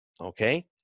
okay